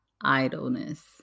idleness